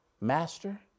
Master